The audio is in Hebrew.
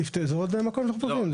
זה עוד מקום שאנחנו פותחים.